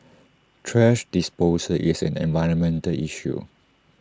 thrash disposal is an environmental issue